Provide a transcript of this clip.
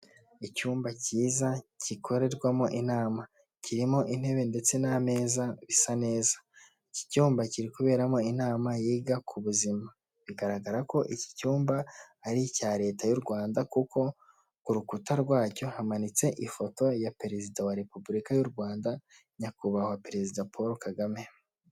Icyumba cyiza, gikorerwamo inama, kirimo intebe ndetse n'ameza bisa neza, iki cyumba kiri kuberamo inama yiga ku buzima, bigaragara ko iki cyumba ari icya leta y'u Rwanda, kuko ku rukuta rwacyo hamanitse ifoto ya perezida wa repubulika y'u Rwanda, nyakubahwa perezida Paul Kagame.